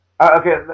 okay